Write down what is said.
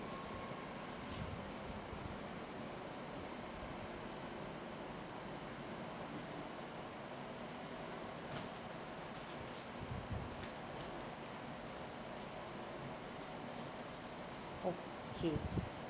okay